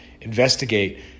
investigate